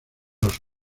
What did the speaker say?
los